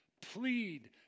Plead